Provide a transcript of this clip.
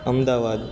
Ahmedabad